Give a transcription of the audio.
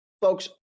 folks